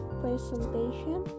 presentation